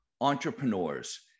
entrepreneurs